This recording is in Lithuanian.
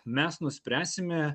mes nuspręsime